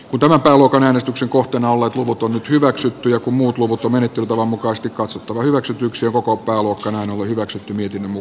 odotan palokan äänestyksen kohteena ole puuttunut hyväksyttyä kun muut luvut on menettelytavan mukaisesti katsottu hyväksytyksi joko kokoomuksen on hyväksytty niin